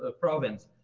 ah province.